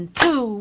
two